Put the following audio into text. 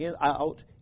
out